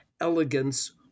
elegance